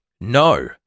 No